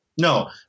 no